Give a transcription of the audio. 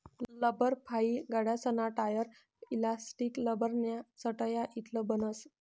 लब्बरफाइ गाड्यासना tyre, elastic, लब्बरन्या चटया इतलं बनस